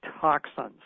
toxins